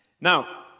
Now